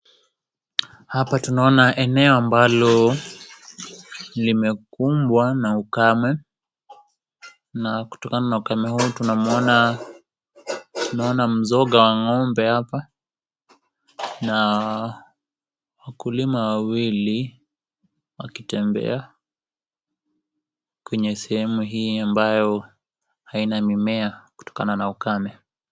Hapa tunaona eneo ambalo limekumbwa na ukame, na kutokana na ukame huu tunamuona tunaona mzoga wa ng'ombe hapa, na wakulima wawili wakitembea kwenye sehemu hii ambayo haina mimea kutokana na ukame.